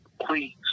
Please